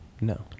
No